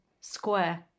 square